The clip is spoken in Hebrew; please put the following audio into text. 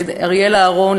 לאריאלה אהרון,